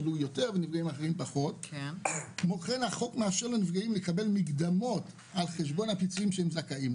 החוק ההולנדי מאפשר לנפגעים לקבל מקדמות על חשבון הפיצוי.